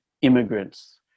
immigrants